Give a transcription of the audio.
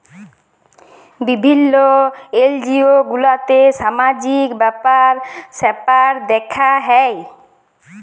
বিভিল্য এনজিও গুলাতে সামাজিক ব্যাপার স্যাপার দ্যেখা হ্যয়